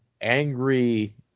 angry